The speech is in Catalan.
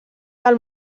del